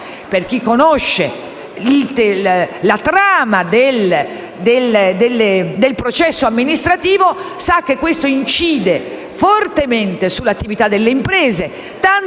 Chi conosce la struttura del processo amministrativo, sa che questa incide fortemente sull'attività delle imprese,